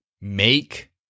Make